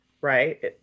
right